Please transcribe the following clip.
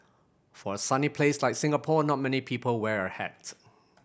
for a sunny place like Singapore not many people wear a hat